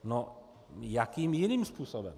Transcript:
No, jakým jiným způsobem?